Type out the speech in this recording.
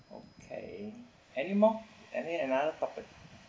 okay anymore I need another topic